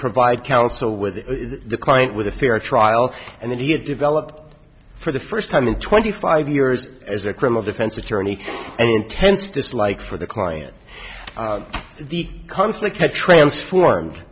provide counsel with the client with a fair trial and that he had developed for the first time in twenty five years as a criminal defense attorney and intense dislike for the client the conflict had transformed